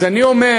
אז אני אומר,